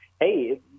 hey